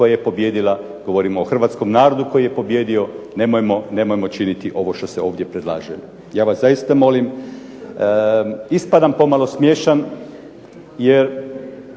koja je pobijedila, govorimo o hrvatskom narodu koji je pobijedio. Nemojmo činiti ovo što se ovdje predlaže. Ja vas zaista molim, ispadam pomalo smiješan jer